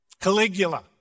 Caligula